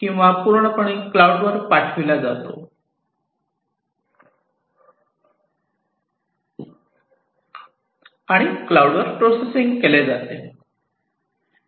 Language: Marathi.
किंवा पूर्णपणे क्लाउड वर पाठविला जातो आणि क्लाऊड वर प्रोसेसिंग केले जाते